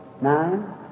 Nine